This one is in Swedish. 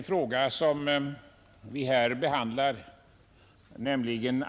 Fru talman!